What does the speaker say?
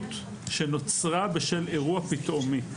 במוגבלות שנוצרה בשל אירוע פתאומי.